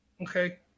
Okay